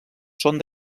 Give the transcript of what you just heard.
són